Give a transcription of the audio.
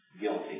guilty